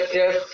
yes